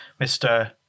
Mr